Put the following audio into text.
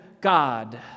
God